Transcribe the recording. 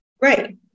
Right